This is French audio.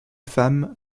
femme